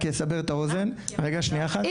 אם